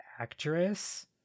actress